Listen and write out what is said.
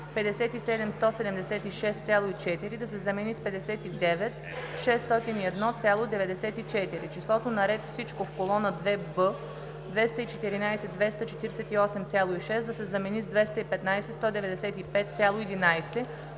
„57 176,4“ да се замени с „59 601,94“ , числото на ред „Всичко" в колона 2б „214 248,6“ да се замени с „215 195,11“